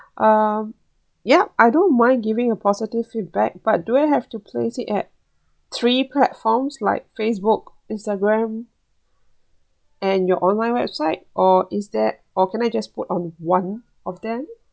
um yup I don't mind giving a positive feedback but do I have to place it at three platforms like Facebook Instagram and your online website or is that or can I just put on one of them